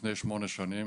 לפני שמונה שנים,